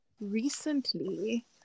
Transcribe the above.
recently